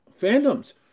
fandoms